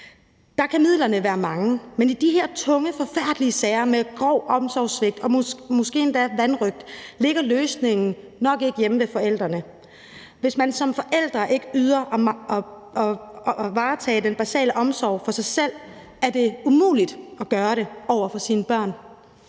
Der kan midlerne være mange. Men i de her tunge, forfærdelige sager med grov omsorgssvigt og måske endda vanrøgt, ligger løsningen nok ikke hjemme ved forældrene. Hvis man som forældre ikke formår at varetage den basale omsorg for sig selv, er det umuligt at gøre det over for sine børn.